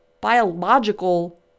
biological